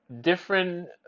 different